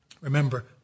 Remember